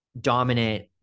dominant